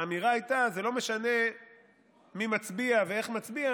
האמירה הייתה: זה לא משנה מי מצביע ואיך מצביע,